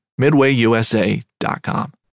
MidwayUSA.com